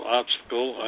obstacle